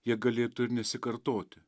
jie galėtų ir nesikartoti